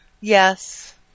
Yes